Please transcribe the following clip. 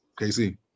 KC